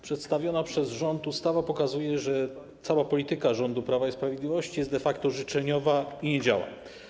Przedstawiona przez rząd ustawa pokazuje, że cała polityka rządu Prawa i Sprawiedliwości jest de facto życzeniowa i nie działa.